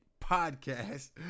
podcast